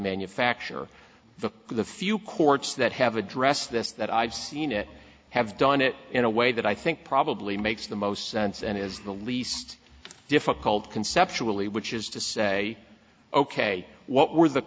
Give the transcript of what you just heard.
manufacture the the few courts that have addressed this that i've seen it have done it in a way that i think probably makes the most sense and is the least difficult conceptually which is to say ok what were the